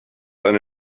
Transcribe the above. eine